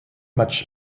much